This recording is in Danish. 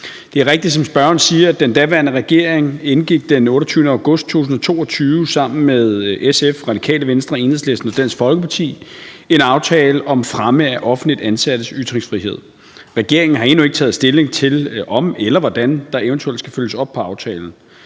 Det er rigtigt, som spørgeren siger, at den daværende regering den 28. august 2022 sammen med SF, Radikale Venstre, Enhedslisten og Dansk Folkeparti indgik en aftale om fremme af offentligt ansattes ytringsfrihed. Regeringen har endnu ikke taget stilling til, om eller hvordan der eventuelt skal følges op på aftalen.